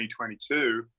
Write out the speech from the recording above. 2022